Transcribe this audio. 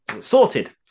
sorted